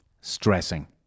stressing